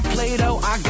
Play-Doh